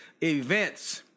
events